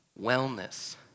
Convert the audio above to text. wellness